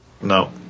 no